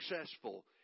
successful